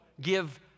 give